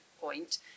point